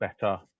better